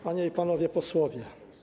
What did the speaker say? Panie i Panowie Posłowie!